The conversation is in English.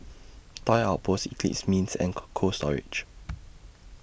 Toy Outpost Eclipse Mints and Cold Cold Storage